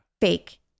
fake